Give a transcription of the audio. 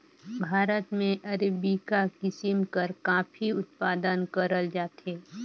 भारत में अरेबिका किसिम कर काफी उत्पादन करल जाथे